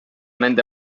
nende